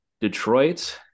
Detroit